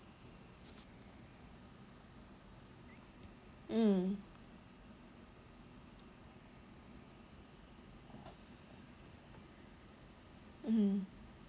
mm mm